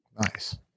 nice